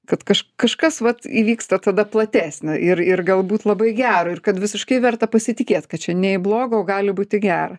kad kažkas vat įvyksta tada platesnio ir ir galbūt labai gero ir kad visiškai verta pasitikėt kad čia ne į bloga o gali būt į gera